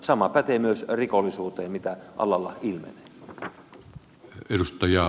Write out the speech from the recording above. sama pätee myös rikollisuuteen mitä alalla ilmenee